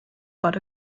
got